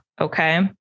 Okay